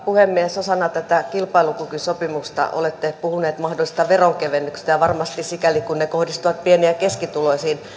puhemies osana tätä kilpailukykysopimusta olette puhuneet mahdollisista veronkevennyksistä ja varmasti sikäli kuin ne kohdistuvat pieni ja keskituloisiin